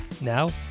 Now